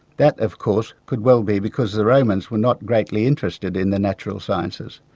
that of course could well be because the romans were not greatly interested in the natural sciences.